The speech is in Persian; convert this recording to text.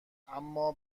اما